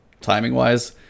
timing-wise